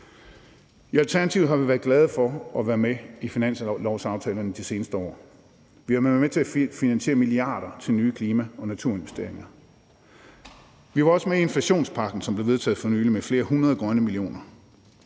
I Alternativet har vi været glade for at være med i finanslovsaftalerne de seneste år. Vi har været med til at finde milliarder til nye klima- og naturinvesteringer. Vi var også med i inflationspakken, som blev vedtaget for nylig, med flere hundrede grønne millioner.